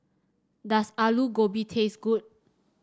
does Aloo Gobi taste good